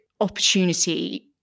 opportunity